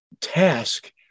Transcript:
task